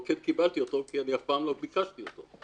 כל קיבלתי אותו כי אני אף פעם לא ביקשתי אותו.